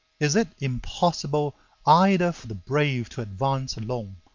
is it impossible either for the brave to advance alone,